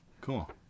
Cool